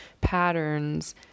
patterns